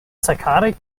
psychotic